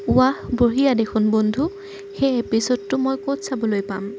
ৱাহ বঢ়িয়া দেখোন বন্ধু সেই এপিছ'ডটো মই ক'ত চাবলৈ পাম